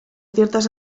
ciertas